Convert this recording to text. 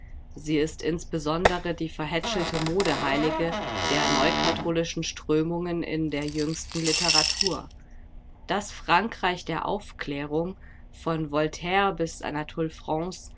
sie ist insbesondere die verhätschelte modeheilige der neukatholischen strömungen in der jüngsten literatur das frankreich der aufklärung von voltaire bis anatole france